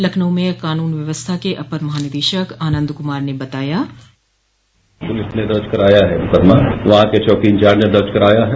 लखनऊ में कानून व्यवस्था के अपर महानिदेशक आनंद कुमार ने बताया पुलिस ने दर्ज कराया है मुकदमा वहां के चौकी इंचार्ज ने दर्ज कराया है